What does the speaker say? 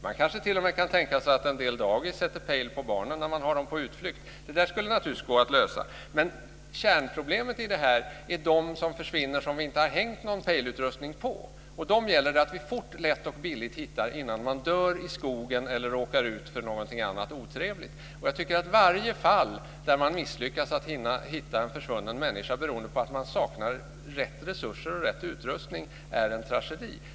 Man kanske t.o.m. kan tänka sig att en del dagis sätter pejl på barnen när de är på utflykt. Det skulle naturligtvis gå att lösa. Kärnproblemet i det här är de som försvinner som vi inte har hängt någon pejlutrustning på, och dem gäller det att hitta fort, lätt och billigt innan de dör i skogen eller råkar ut för någonting annat otrevligt. Varje fall där man misslyckas att hitta en försvunnen människa beroende på att man saknar rätt resurser och rätt utrustning är en tragedi.